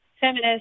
Feminist